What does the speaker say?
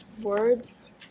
words